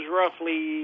roughly